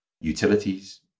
Utilities